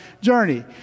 journey